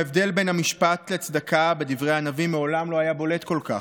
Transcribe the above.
ההבדל בין המשפט לצדקה בדברי הנביא מעולם לא היה בולט כל כך.